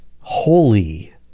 holy